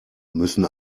müssen